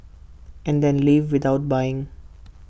and then leave without buying